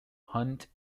hunt